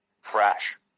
fresh